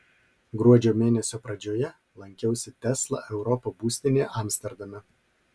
gruodžio mėnesio pradžioje lankiausi tesla europa būstinėje amsterdame